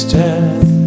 death